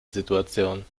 situation